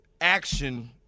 action –